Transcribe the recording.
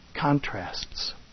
contrasts